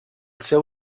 seu